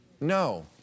No